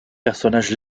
personnage